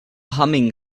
humming